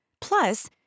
Plus